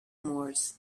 moors